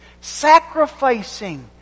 sacrificing